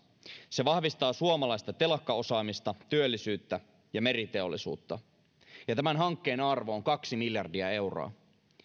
se vahvistaa suomalaista telakkaosaamista työllisyyttä ja meriteollisuutta tämän hankkeen arvo on kaksi miljardia euroa